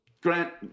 Grant